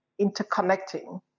interconnecting